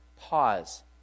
Pause